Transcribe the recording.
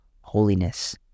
Holiness